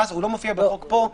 הוא לא מופיע בחוק פה.